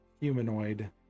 humanoid